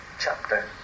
chapter